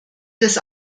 des